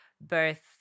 birth